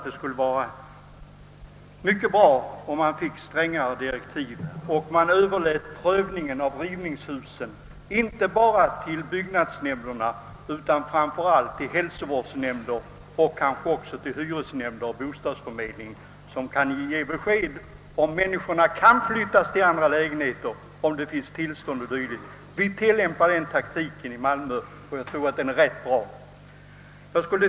Det skulle vara mycket bra om man fick strängare direktiv och man överlät prövningen av frågan om rivningar inte bara till byggnadsnämnderna utan framför allt till hälsovårdsnämnder och kanske även till hyresnämnder och bostadsförmedlingar, som kan ge besked om möjligheterna att flytta hyresgästerna till andra lägenheter, Vi tillämpar den metodiken i Malmö, och jag tror att det går rätt bra.